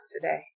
today